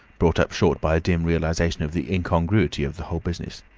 brought up short by a dim realization of the incongruity of the whole business,